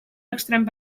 estrany